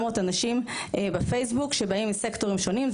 אנשים בפייסבוק שבאים מסקטורים שונים.